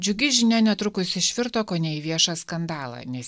džiugi žinia netrukus išvirto kone į viešą skandalą nes